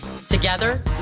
Together